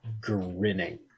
grinning